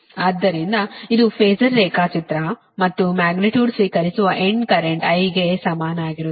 ಆದ್ದರಿಂದ ಇದು ಫಾಸರ್ ರೇಖಾಚಿತ್ರ ಮತ್ತು ಮ್ಯಾಗ್ನಿಟ್ಯೂಡ್ ಸ್ವೀಕರಿಸುವ ಎಂಡ್ ಕರೆಂಟ್ I ಗೆ ಸಮಾನವಾಗಿರುತ್ತದೆ